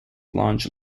launch